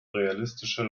realistische